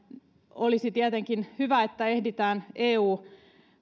olisi tietenkin hyvä että ehditään eu